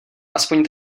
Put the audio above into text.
aspoň